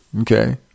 Okay